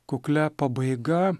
kuklia pabaiga